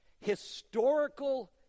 historical